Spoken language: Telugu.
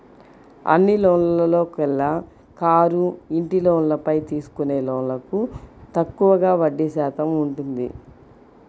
అన్ని లోన్లలోకెల్లా కారు, ఇంటి లోన్లపై తీసుకునే లోన్లకు తక్కువగా వడ్డీ శాతం ఉంటుంది